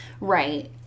Right